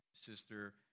sister